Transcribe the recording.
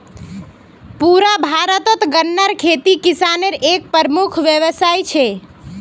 पुरा भारतत गन्नार खेती किसानेर एक प्रमुख व्यवसाय छे